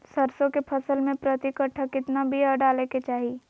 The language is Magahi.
सरसों के फसल में प्रति कट्ठा कितना बिया डाले के चाही?